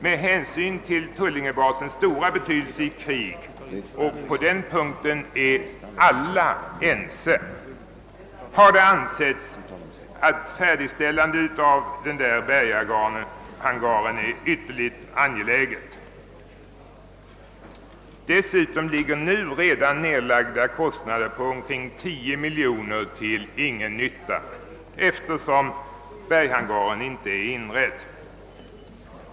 Med hänsyn till tullingebasens stora betydelse i krig — på den punkten är alla ense — har det ansetts att ett färdigställande av berghangaren är ytterligt angeläget. Dessutom ligger redan nu nedlagda kostnader på omkring 10 miljoner kronor till ingen nytta, eftersom berghangaren inte är inredd.